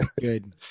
Good